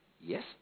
Yes